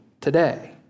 today